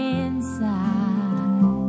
inside